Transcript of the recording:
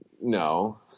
no